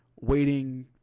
waiting